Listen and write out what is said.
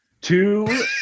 Two